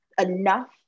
enough